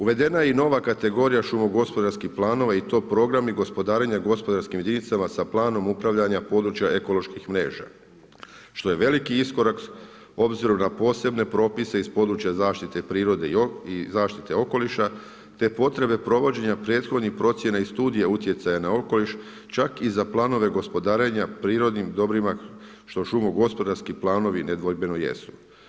Uvedena je i nova kategorija šumo-gospodarskih planova i to: programi gospodarenja gospodarskim jedinicama sa planom upravljanja područja ekoloških mreža što je veliki iskorak obzirom na posebne propise iz području zaštite prirode i zaštite okoliša, te potrebe provođenja prethodne procjene i studije utjecaja na okoliš, čak i za planove gospodarenja prirodnim dobrima što šumo-gospodarski planovi nedvojbeno jesu.